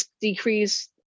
decrease